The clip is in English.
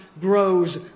grows